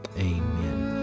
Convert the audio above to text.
Amen